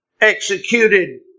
executed